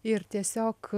ir tiesiog